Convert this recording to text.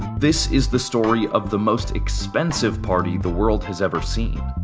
this is the story of the most expensive party the world has ever seen.